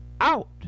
out